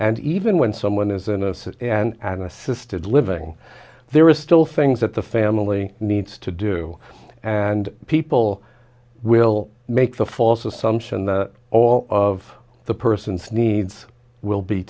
and even when someone is innocent and an assisted living there is still things that the family needs to do and people will make the false assumption that all of the person's needs will be